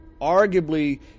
arguably